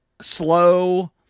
slow